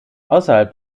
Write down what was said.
außerhalb